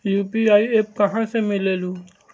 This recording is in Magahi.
यू.पी.आई एप्प कहा से मिलेलु?